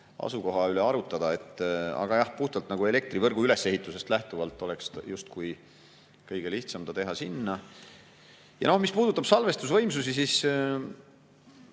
asukoha üle arutada. Aga jah, puhtalt elektrivõrgu ülesehitusest lähtuvalt oleks justkui kõige lihtsam teha ta sinna. Mis puudutab salvestusvõimsusi, siis